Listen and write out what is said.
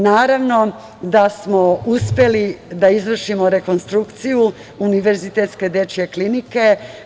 Naravno da smo uspeli da izvršimo rekonstrukciju Univerzitetske dečje klinike.